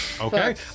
Okay